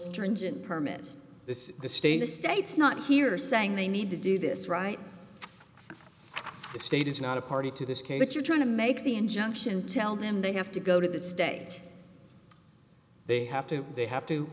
stringent permit this is the state in the states not here saying they need to do this right the state is not a party to this case you're trying to make the injunction tell them they have to go to the state they have to they have to